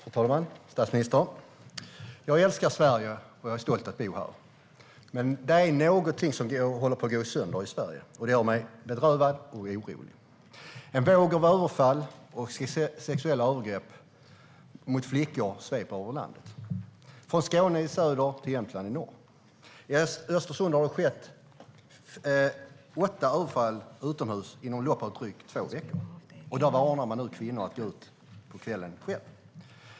Fru talman! Statsministern! Jag älskar Sverige, och jag är stolt över att bo här. Men det är någonting som håller på att gå sönder i Sverige. Det gör mig bedrövad och orolig. En våg av överfall och sexuella övergrepp mot flickor sveper över landet - från Skåne i söder till Jämtland i norr. I Östersund har det skett åtta överfall utomhus inom loppet av drygt två veckor. Där varnar man nu kvinnor för att gå ut själva på kvällen.